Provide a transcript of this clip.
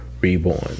Reborn